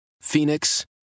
Phoenix